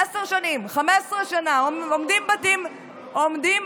עשר שנים, 15 שנה, עומדים בתים נטושים.